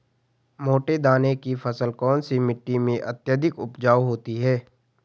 मोटे दाने की फसल कौन सी मिट्टी में अत्यधिक उपजाऊ होती है?